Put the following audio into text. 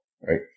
right